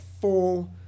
full